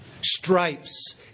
stripes